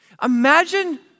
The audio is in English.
Imagine